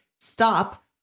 stop